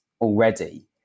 already